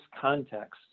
context